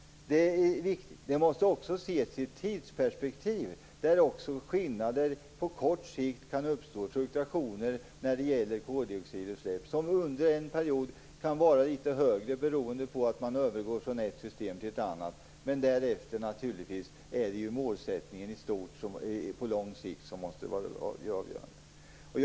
Det är viktigt. Den måste också ses i ett tidsperspektiv där skillnader på kort sikt kan uppstå. Det kan bli fluktuationer när det gäller koldioxidutsläpp som under en period kan vara litet högre beroende på att man övergår från ett system till ett annat. Men därefter är det naturligtvis målsättningen på lång sikt som måste vara avgörande.